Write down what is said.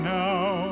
now